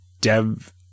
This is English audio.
dev